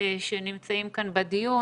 שנמצאים כאן בדיון.